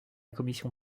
commission